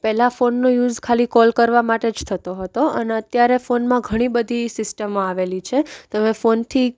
પહેલાં ફોનનો યુઝ ખાલી કોલ કરવા માટે જ થતો હતો અને અત્યારે ફોનમાં ઘણી વધી સિસ્ટમો આવેલી છે તમે ફોનથી